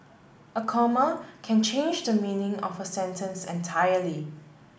a comma can change the meaning of a sentence entirely